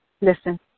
Listen